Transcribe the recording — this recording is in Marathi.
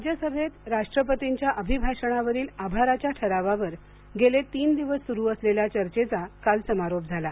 राज्यसभेत राष्ट्रपतींच्या अभिभाषणावरील आभाराच्या ठरावावर गेले तीन दिवस सुरू असलेल्या चर्चेचा काल समारोप झाला